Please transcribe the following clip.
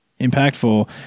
impactful